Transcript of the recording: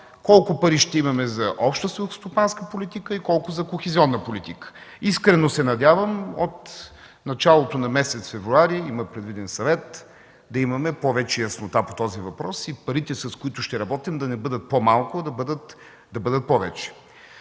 колко пари ще имаме за Обща селскостопанска политика и колко – за кохезионна политика. Искрено се надявам от началото на м. февруари – има предвиден съвет, да имаме повече яснота по този въпрос и парите, с които ще работим, да не бъдат по-малко, а да бъдат повече.